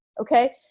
Okay